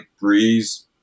breeze